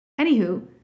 Anywho